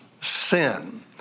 sin